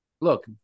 Look